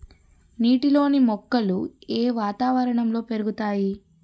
నీటిలోని మొక్కలు ఏ వాతావరణంలో పెరుగుతాయి?